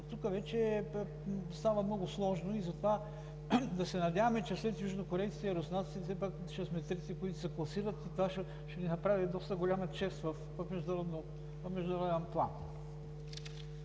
Тук вече става много сложно и затова да се надяваме, че след южнокорейците и руснаците, все пак ние ще сме третите, които се класират, и това ще ни направи доста голяма чест в международен план.